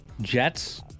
Jets